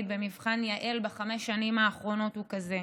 במבחן יע"ל בחמש השנים האחרונות היא כזאת: